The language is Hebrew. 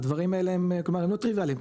הדברים האלה הם לא טריוויאליים,